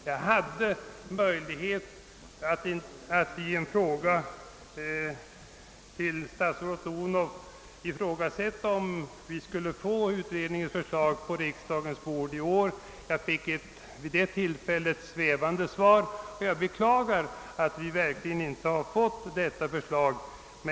Jag ställde en fråga till statsrådet Odhnoff om vi skulle få utredningens förslag på riksdagens bord i år, och jag fick ett svävande svar. Jag beklagar att vi inte fått detta förslag.